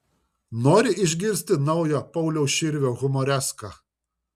nori išgirsti naują pauliaus širvio humoreską